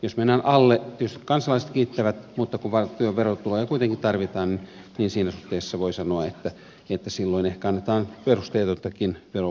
jos mennään alle tietysti kansalaiset kiittävät mutta kun valtion verotuloja kuitenkin tarvitaan niin siinä suhteessa voi sanoa että silloin ehkä annetaan perusteetontakin verohuojennusta